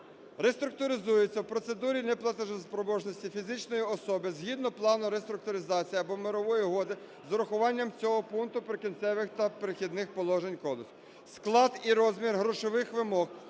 реструктуризується в процедурі неплатоспроможності фізичної особи згідно плану реструктуризації або мирової угоди з урахуванням цього пункту "Прикінцевих та перехідних положень" кодексу. Склад і розмір грошових вимог